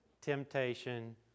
temptation